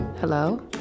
Hello